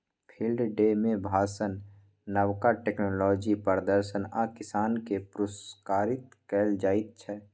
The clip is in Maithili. फिल्ड डे मे भाषण, नबका टेक्नोलॉजीक प्रदर्शन आ किसान केँ पुरस्कृत कएल जाइत छै